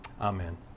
Amen